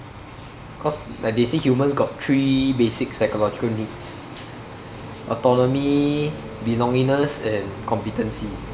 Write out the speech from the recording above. cause like they said humans got three basic psychological needs autonomy belongingness and competency